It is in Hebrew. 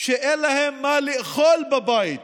שאין להם מה לאכול בבית